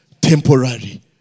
temporary